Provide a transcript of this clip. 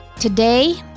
Today